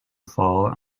fall